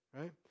right